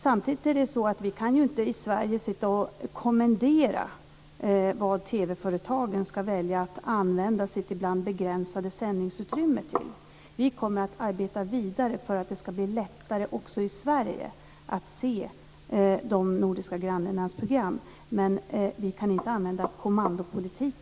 Samtidigt är det ju så att vi i Sverige inte kan sitta och kommendera vad TV-företagen ska välja att använda sitt ibland begränsade sändningsutrymme till. Vi kommer att arbeta vidare för att det ska bli lättare också i Sverige att se de nordiska grannländernas program, men vi kan inte använda kommandopolitik.